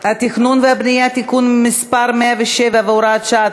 התכנון והבנייה (תיקון מס' 107 והוראת שעה),